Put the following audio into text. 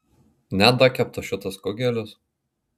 nedakeptas šitas kugelis